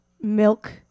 Milk